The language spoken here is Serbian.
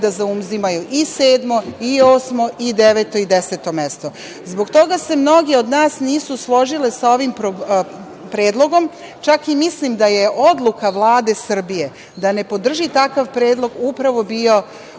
da zauzimaju i sedmo, i osmo, i deveto, i deseto mesto. Zbog toga se mnoge od nas nisu složile sa ovim predlogom. Čak i mislim da je odluka Vlade Srbije da ne podrži takav predlog upravo bio u